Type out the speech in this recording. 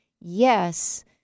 yes